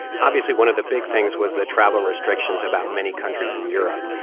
obviously, one of the big things was the travel restrictions about many countries in europe.